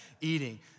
eating